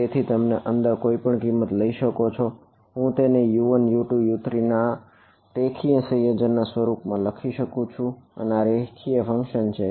તેથી તમે અંદર કોઈપણ કિંમત લઇ શકો હું તેને U1U2U3 ના રેખીય સંયોજન ના સ્વરૂપમાં લખી શકું છું અને આ રેખીય ફંક્શન છે